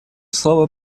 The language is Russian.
слово